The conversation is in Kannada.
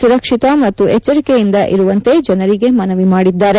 ಸುರಕ್ಷಿತ ಮತ್ತು ಎಚ್ಚರಿಕೆಯಿಂದ ಇರುವಂತೆ ಜನರಿಗೆ ಮನವಿ ಮಾದಿದ್ದಾರೆ